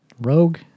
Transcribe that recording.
Rogue